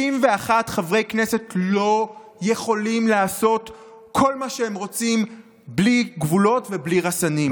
61 חברי כנסת לא יכולים לעשות כל מה שהם רוצים בלי גבולות ובלי רסנים.